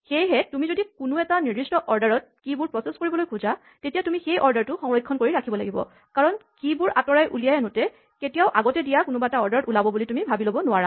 সেয়েহে তুমি যদি কোনো এটা নিৰ্দিষ্ট অৰ্ডাৰত কীচাবিবোৰ প্ৰছেছ কৰিবলৈ খোজা তেতিয়া তুমি সেই অৰ্ডাৰটো সংৰক্ষণ কৰি ৰাখিব লাগিব কাৰণ কীচাবিবোৰ আঁতৰাই উলিয়াই আনোতে কেতিয়াও আগতে দিয়া কোনোবা এটা অৰ্ডাৰত ওলাব বুলি তুমি ভাৱি ল'ব নোৱাৰা